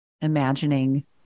imagining